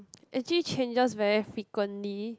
actually changes very frequently